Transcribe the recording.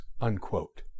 unquote